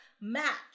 match